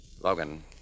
Logan